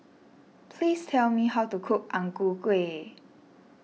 please tell me how to cook Ang Ku Kueh